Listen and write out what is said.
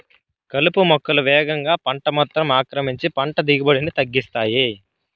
కలుపు మొక్కలు వేగంగా పంట మొత్తం ఆక్రమించి పంట దిగుబడిని తగ్గిస్తాయి